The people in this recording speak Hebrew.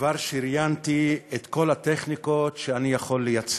כבר שריינתי את כל הטכניקות שאני יכול לייצר,